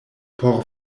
por